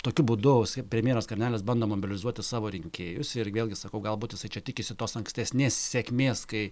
tokiu būdu premjeras skvernelis bando mobilizuoti savo rinkėjus ir vėlgi sakau gal būtent jisai čia tikisi tos ankstesnės sėkmės kai